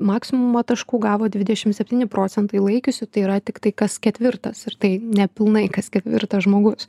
maksimumą taškų gavo dvidešim septyni procentai laikiusių tai yra tiktai kas ketvirtas ir tai nepilnai kas ketvirtas žmogus